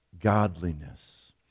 godliness